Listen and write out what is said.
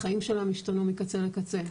החיים שלהם השתנו מקצה לקצה,